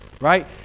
right